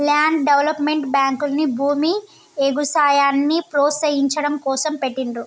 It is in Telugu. ల్యాండ్ డెవలప్మెంట్ బ్యేంకుల్ని భూమి, ఎగుసాయాన్ని ప్రోత్సహించడం కోసం పెట్టిండ్రు